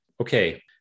Okay